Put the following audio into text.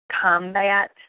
combat